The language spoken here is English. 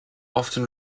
often